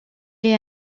est